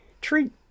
treat